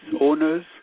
owners